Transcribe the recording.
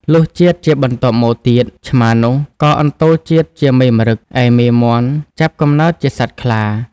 លុះជាតិជាបន្ទាប់មកទៀត ឆ្មានោះ ក៏អន្ទោលជាតិជាមេម្រឹត ឯមេមាន់ ចាប់កំណើតជាសត្វខ្លា ។